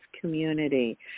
community